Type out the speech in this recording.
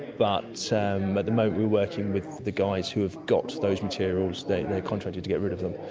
but so um at the moment we're working with the guys who have got those materials, they're contracted to get rid of them.